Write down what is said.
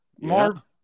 Marv